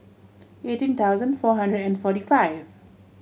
eighteen thousand four hundred and forty five